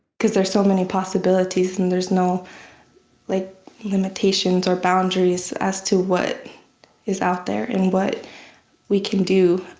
cause there are so many possibilities and there's no like limitations or boundaries as to what is out there and what we can do.